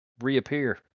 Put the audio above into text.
Reappear